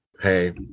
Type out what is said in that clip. hey